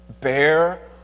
bear